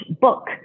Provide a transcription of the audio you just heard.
book